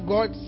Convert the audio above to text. God